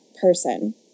person